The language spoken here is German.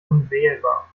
unwählbar